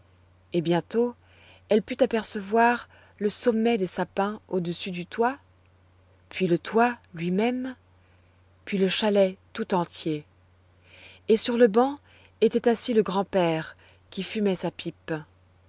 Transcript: et bientôt elle put apercevoir le sommet des sapins au-dessus du toit puis le toit lui-même puis le chalet tout entier et sur le banc était assis le grand-père qui fumait sa pipe